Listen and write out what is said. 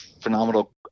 phenomenal